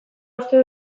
uste